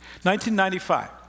1995